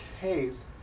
case